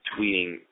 tweeting